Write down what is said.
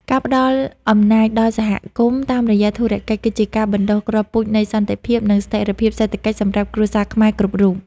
ការផ្ដល់អំណាចដល់សហគមន៍តាមរយៈធុរកិច្ច គឺជាការបណ្ដុះគ្រាប់ពូជនៃសន្តិភាព និងស្ថិរភាពសេដ្ឋកិច្ចសម្រាប់គ្រួសារខ្មែរគ្រប់រូប។